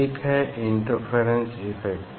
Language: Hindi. एक है इंटरफेरेंस इफ़ेक्ट